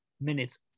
minutes